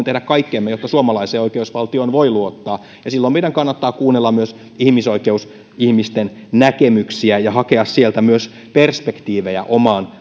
tehdä kaikkemme jotta suomalaiseen oikeusvaltioon voi luottaa ja silloin meidän kannattaa kuunnella myös ihmisoikeusihmisten näkemyksiä ja hakea sieltä myös perspektiivejä omaan